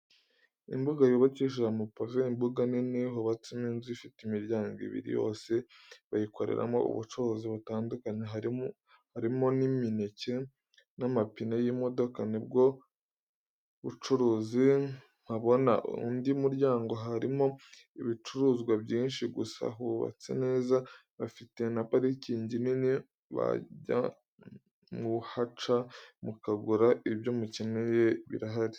Imbuga yubakishije amapave. Imbuga nini, hubatse inzu ifite imiryango ibiri yose bayikoreramo ubucuruzi butandukanye, harimo n'imineke n'amapine y'imodoka, ni bwo bucuruzi mpabona, Undi muryango harimo ibicuruzwa byinshi, gusa hubatse neza, bafite n'aparikingi nini, mwajya muhaca mukagura ibyo mukeneye birahari.